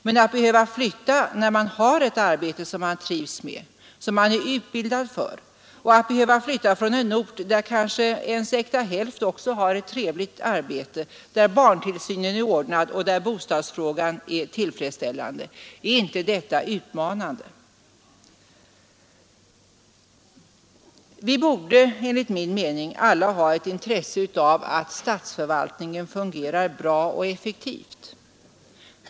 Men att behöva flytta när man har ett arbete som man trivs med, som man är utbildad för, och att behöva flytta från en ort där ens äkta hälft kanske också har ett trevligt arbete, där barntillsynen är ordnad och där bostadsfrågan är tillfredsställande, det är utmanande. Vi borde enligt min mening alla ha ett intresse av att statsförvaltningen fungerar bra och effektivt.